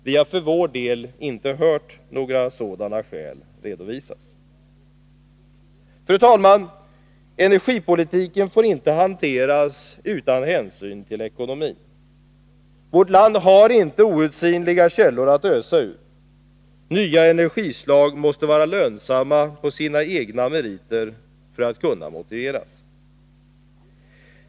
Vi har för vår del inte hört några sådana skäl redovisas. Fru talman! Energipolitiken får inte hanteras utan hänsyn till ekonomin. Vårt land har inte outsinliga källor att ösa ur. Nya energislag måste vara lönsamma på sina egna meriter för att kunna motiveras.